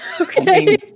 okay